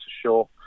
sure